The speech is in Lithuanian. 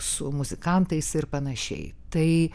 su muzikantais ir panašiai tai